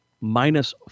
minus